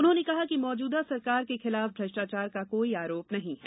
उन्होंने कहा कि मौजूदा सरकार के खिलाफ भ्रष्टाचार का कोई आरोप नहीं है